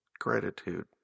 gratitude